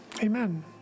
Amen